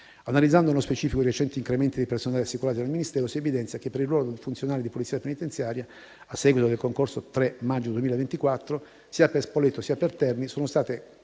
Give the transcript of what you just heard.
Analizzando nello specifico i recenti incrementi di personale assicurati dal Ministero, si evidenzia che per il ruolo dei funzionari di Polizia penitenziaria, a seguito del concorso del 3 maggio 2024, sia per l'istituto di Spoleto sia per quello di Terni sono state